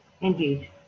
indeed